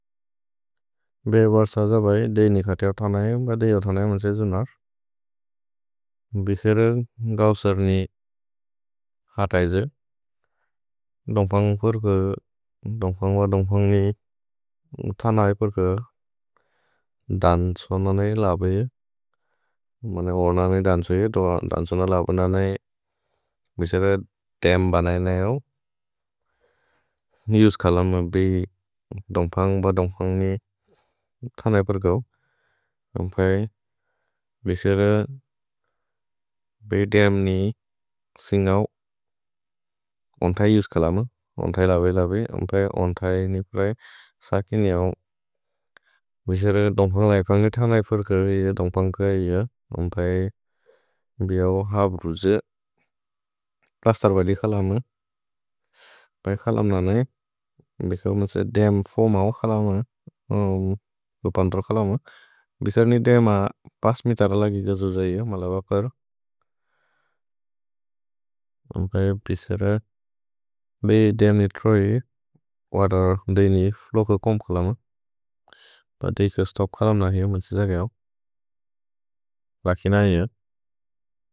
भे बर्स अज बए देइनि खतिऔ थनएउ। भए देइऔ थनएउ मन्से जुनर्। भिसेर गौसर्नि खत् ऐजे। दोन्ग्फन्ग् ब दोन्ग्फन्ग्नि थनएउ पर्क। दन्सो न नए लब ए, बिसेर दन्सो न लब नए। भिसेर दएम् बनए नएऔ। युस् कलम बए दोन्ग्फन्ग् ब दोन्ग्फन्ग्नि थनएउ पर्कौ। योन् प्रए बिसेर बए दएम् नि सिन्गौ ओन्थै युस् कलम, ओन्थै लबे लबे। योन् प्रए ओन्थै नि प्रए सकिन् इऔ, बिसेर दोन्ग्फन्ग् लैपन्ग्नि थनएउ पर्कौ इऔ। योन् प्रए बिऔ हाप् रुजे। प्लस्तर् बलि कलम, बए कलम् न नए। भिसेओ मन्से दएम् फो मौ कलम, योन् गुपन्त्रो कलम। भिसेर नि दएम पस्मितर लगि गजु जैऔ मलब पर्। योन् प्रए बिसेर बए दएम् नि त्रोइ वदर् दएम् नि लोक कोम् कलम। भ देइक्यो स्तोप् कलम न हेउ मन्से जैऔ, लकिन् ऐनेउ।